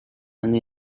and